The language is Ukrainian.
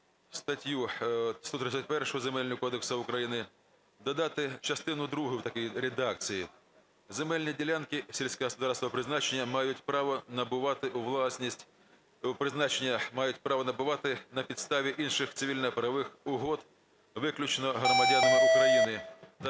статтю 131 Земельного кодексу України, додати частину другу в такій редакції: "Земельні ділянки сільськогосподарського призначення мають право набувати у власність на підставі інших цивільно-правових угод виключно громадяни України